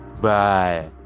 Bye